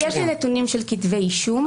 יש לי נתונים של כתבי אישום.